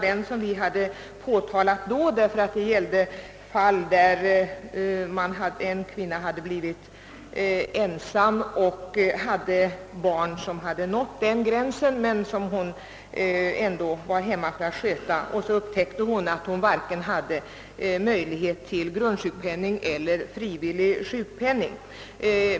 Den byggde på ett fall där en kvinna som blivit ensam stannade hemma för att sköta barn som hade nått denna gräns, varvid hon upptäckte att hon inte hade möjlighet till vare sig grundsjukpenning eller frivillig sjukpenning.